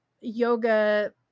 yoga